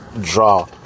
draw